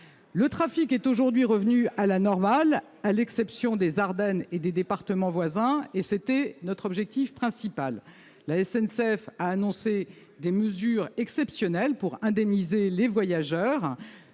Le trafic est aujourd'hui revenu à la normale, sauf dans les Ardennes et les départements voisins. C'était notre objectif principal. La SNCF a annoncé des mesures exceptionnelles pour indemniser les voyageurs